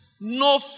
no